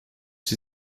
sie